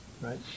right